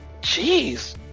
Jeez